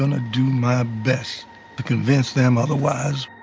and do my best to convince them otherwise